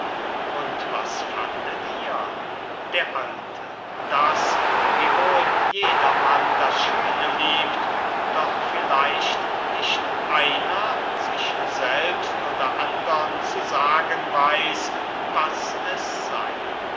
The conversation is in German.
und was fandet ihr der alte daß wiewohl jedermann das schöne liebt doch vielleicht nicht einer sich selbst oder andern zu sagen weiß was es sey